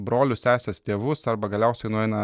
brolius seses tėvus arba galiausiai nueina